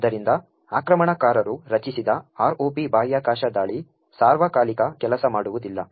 ಆದ್ದರಿಂದ ಆಕ್ರಮಣಕಾರರು ರಚಿಸಿದ ROP ಬಾಹ್ಯಾಕಾಶ ದಾಳಿ ಸಾರ್ವಕಾಲಿಕ ಕೆಲಸ ಮಾಡುವುದಿಲ್ಲ